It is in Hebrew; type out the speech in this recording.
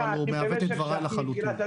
הוא מעוות את דבריי לחלוטין.